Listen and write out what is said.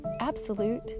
absolute